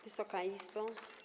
Wysoka Izbo!